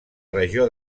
regió